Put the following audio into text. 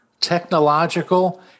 technological